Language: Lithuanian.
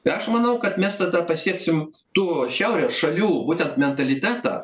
tai aš manau kad mes tada pasieksim tų šiaurės šalių būtent mentalitetą